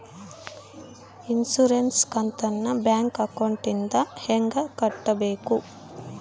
Insurance ಕಂತನ್ನ bank ಅಕೌಂಟಿಂದ ಹೆಂಗ ಕಟ್ಟಬೇಕು?